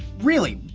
really?